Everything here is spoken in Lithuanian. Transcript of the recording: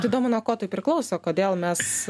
įdomu nuo ko tai priklauso kodėl mes